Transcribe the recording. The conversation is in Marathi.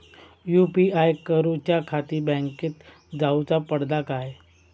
यू.पी.आय करूच्याखाती बँकेत जाऊचा पडता काय?